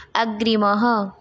अग्रिमः